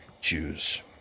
Jews